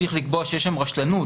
צריך לקבוע שיש שם רשלנות,